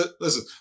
Listen